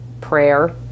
Prayer